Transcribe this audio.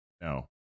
No